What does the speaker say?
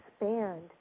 expand